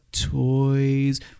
Toys